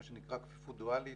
מה שנקרא כפיפות דואלית,